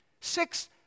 Six